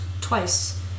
twice